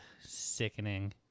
sickening